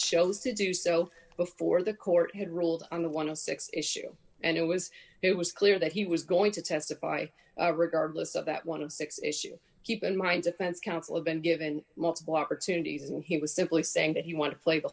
chose to do so before the court had ruled on the one of six issue and it was it was clear that he was going to testify regardless of that one of six issue keep in mind defense counsel been given multiple opportunities and he was simply saying that he want to play the